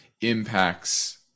impacts